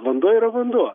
vanduo yra vanduo